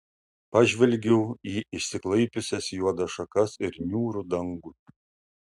pažvelgiau į išsiklaipiusias juodas šakas ir niūrų dangų